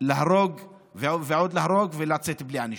להרוג ועוד להרוג, ולצאת בלי ענישה.